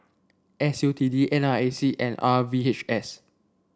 S U T D N R A C and R V H S